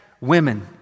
women